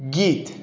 ਗੀਤ